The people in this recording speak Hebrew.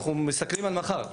אנחנו מסתכלים על מחר.